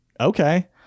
okay